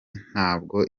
ntabwo